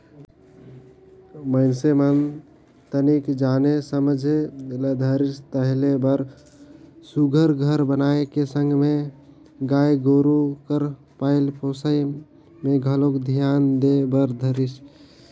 मइनसे मन तनिक जाने समझे ल धरिस ताहले रहें बर सुग्घर घर बनाए के संग में गाय गोरु कर पलई पोसई में घलोक धियान दे बर धरिस